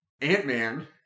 Ant-Man